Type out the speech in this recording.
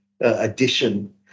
addition